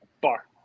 Bar